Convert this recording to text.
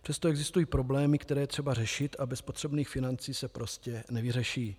Přesto existují problémy, které je třeba řešit, a bez potřebných financí se prostě nevyřeší.